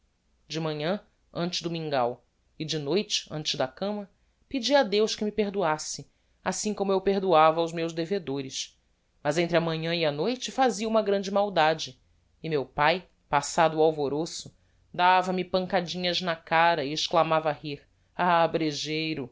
de manhã antes do mingáu e de noite antes da cama pedia a deus que me perdoasse assim como eu perdoava aos meus devedores mas entre a manhã e a noite fazia uma grande maldade e meu pae passado o alvoroço dava-me pancadinhas na cara e exclamava a rir